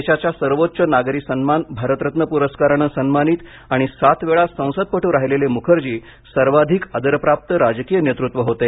देशाचा सर्वोच्च नागरी सम्मान भारतरत्न पुरस्कारानं सन्मानित आणि सातवेळा संसदपटू राहिलेले मुखर्जी सर्वाधिक आदरप्राप्त राजकीय नेतृत्व होते